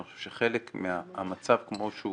אני חושב שחלק מהמצב כמו שהוא